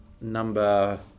number